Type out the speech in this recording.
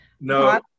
no